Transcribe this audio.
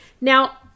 Now